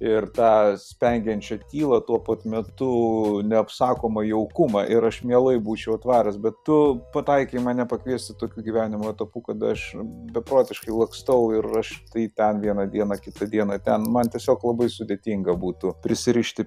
ir tą spengiančią tylą tuo pat metu neapsakomą jaukumą ir aš mielai būčiau atvaręs bet tu pataikei mane pakviesti tokiu gyvenimo etapu kada aš beprotiškai lakstau ir štai ten vieną dieną kitą dieną ten man tiesiog labai sudėtinga būti prisirišti